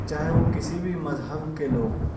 چاہے وہ کسی بھی مذہب کے لوگ ہو